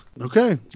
okay